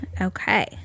Okay